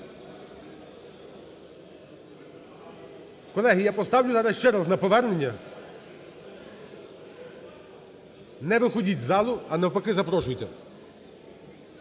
Колеги, я поставлю зараз ще раз на повернення, не виходіть із залу, а навпаки – запрошуйте.